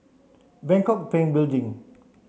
Bangkok Bank Building